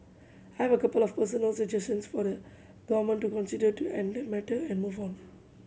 I have a couple of personal suggestions for the Government to consider to end the matter and move on